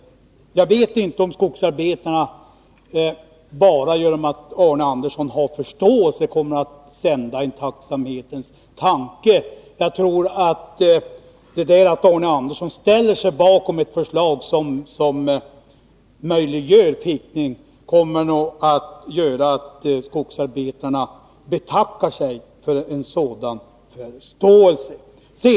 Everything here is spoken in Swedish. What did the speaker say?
Jag vet inte om skogsarbetarna bara genom att Arne Andersson har förståelse för dem kommer att sända honom en tacksamhetens tanke. Att Arne Andersson ställer sig bakom ett förslag som möjliggör fickning kommer nog att göra att skogsarbetarna betackar sig för en sådan förståelse.